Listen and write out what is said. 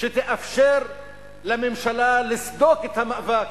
לא לאפשר לממשלה לסדוק את המאבק